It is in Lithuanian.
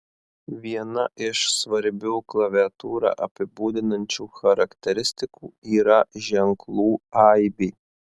viena iš svarbių klaviatūrą apibūdinančių charakteristikų yra ženklų aibė